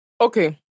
Okay